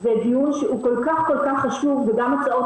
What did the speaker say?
זה דיון שהוא כל כך חשוב וגם הצעות